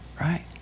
Right